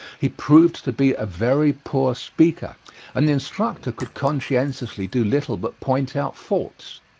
he proved to be a very poor speaker and the instructor could conscientiously do little but point out faults.